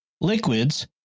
liquids